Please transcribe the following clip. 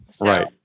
right